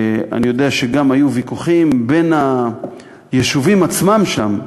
אני יודע שגם היו ויכוחים בין היישובים עצמם שם,